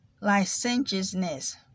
licentiousness